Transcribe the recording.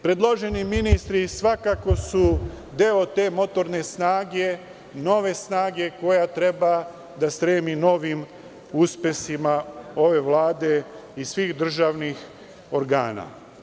Predloženi ministri svakako su deo te motorne snage, nove snage koja treba da stremi novim uspesima ove vlade i svih državnih organa.